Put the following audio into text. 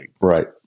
Right